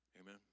Amen